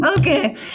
Okay